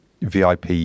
VIP